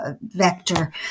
vector